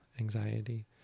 anxiety